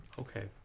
okay